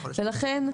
לכן,